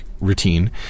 routine